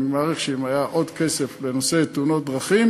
אני מעריך שאם היה עוד כסף לנושא תאונות דרכים